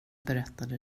berättade